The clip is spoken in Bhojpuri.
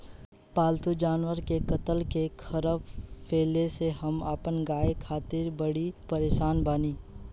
पाल्तु जानवर के कत्ल के ख़बर फैले से हम अपना गाय खातिर बड़ी परेशान बानी